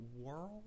world